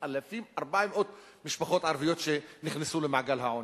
5,400 משפחות ערביות שנכנסו למעגל העוני.